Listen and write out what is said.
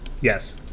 Yes